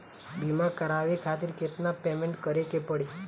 बीमा करावे खातिर केतना पेमेंट करे के पड़ी?